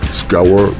scour